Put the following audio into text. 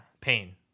Pain